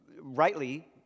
rightly